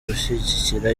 gushyigikira